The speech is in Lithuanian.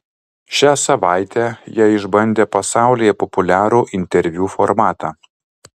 šią savaitę jie išbandė pasaulyje populiarų interviu formatą